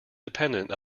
dependent